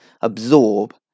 absorb